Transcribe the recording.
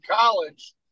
college